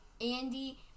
Andy